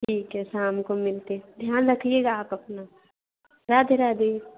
ठीक है शाम को मिलते हैं ध्यान रखिएगा आप अपना राधे राधे